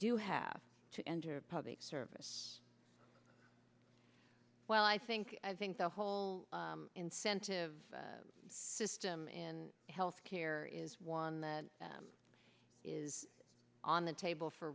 do have to enter public service well i think i think the whole incentive system in health care is one that is on the table for